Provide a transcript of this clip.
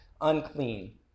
unclean